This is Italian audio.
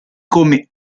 come